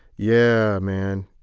yeah, man.